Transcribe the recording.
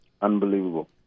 Unbelievable